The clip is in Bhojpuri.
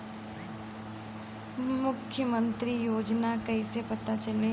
मुख्यमंत्री योजना कइसे पता चली?